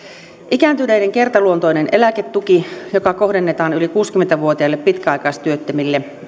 ikääntyneiden kertaluontoinen eläketuki joka kohdennetaan yli kuusikymmentä vuotiaille pitkäaikaistyöttömille